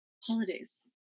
holidays